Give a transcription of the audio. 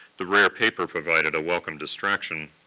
the rare paper provided a welcome distraction.